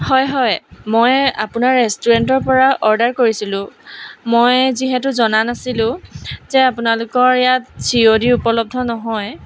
হয় হয় মই আপোনাৰ ৰেষ্টুৰেণ্টৰ পৰা অৰ্ডাৰ কৰিছিলোঁ মই যিহেতু জনা নাছিলোঁ যে আপোনালোকৰ ইয়াত চি অ' দি উপলব্ধ নহয়